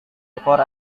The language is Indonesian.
ekor